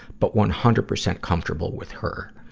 but one hundred percent comfortable with her.